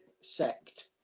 sect